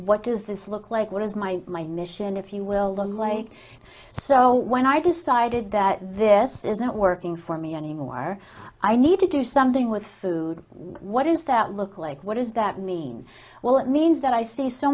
what does this look like what is my my mission if you will like so when i decided that this isn't working for me anymore i need to do something with food what does that look like what does that mean well it means that i see so